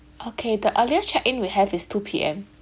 okay the earliest check in we have is two P_M